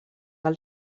del